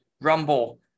Rumble